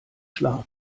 schlaf